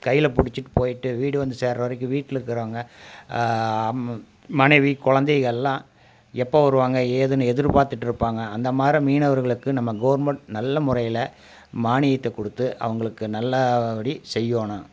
கையில பிடிச்சிட்டு போய்ட்டு வீடு வந்து சேருற வரைக்கும் வீட்டில இருக்குறவுங்க அம் மனைவி குழந்தைகள் எல்லாம் எப்போ வருவாங்க ஏதுன்னு எதிர்பார்த்துட்டுருப்பாங்க அந்த மாரி மீனவர்களுக்கு நம்ம கவர்மெண்ட் நல்ல முறையில் மானியத்தை கொடுத்து அவங்களுக்கு நல்லபடி செய்யணும்